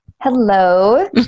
Hello